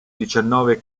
diciannove